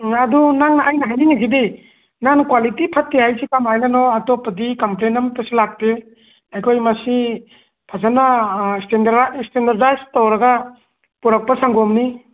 ꯑꯗꯣ ꯅꯪ ꯑꯩꯅ ꯍꯥꯏꯅꯤꯡꯉꯤꯁꯤꯗꯤ ꯅꯪꯅ ꯀ꯭ꯋꯥꯂꯤꯇꯤ ꯐꯠꯇꯦ ꯍꯥꯏꯁꯦ ꯀꯃꯥꯏꯅꯅꯣ ꯑꯇꯣꯞꯄꯗꯤ ꯀꯝꯄ꯭ꯂꯦꯟ ꯑꯝꯇꯁꯨ ꯂꯥꯛꯇꯦ ꯑꯩꯈꯣꯏ ꯃꯁꯤ ꯐꯖꯅ ꯏꯁꯇꯦꯟꯗꯔꯗꯥꯏꯁ ꯇꯧꯔꯒ ꯄꯣꯔꯛꯄ ꯁꯪꯒꯣꯝꯅꯤ